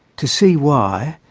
to see why,